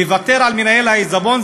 לוותר על מנהל העיזבון,